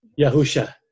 Yahusha